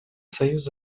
союз